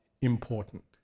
important